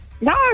No